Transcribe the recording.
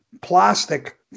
plastic